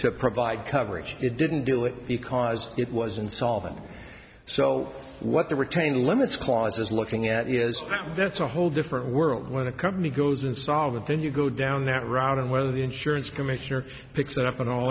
to provide coverage it didn't do it because it was insolvent so what the retained limits clause is looking at is that's a whole different world when a company goes insolvent then you go down that route and one of the insurance commissioner picks it up and all